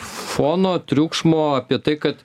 fono triukšmo apie tai kad